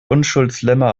unschuldslämmer